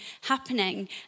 happening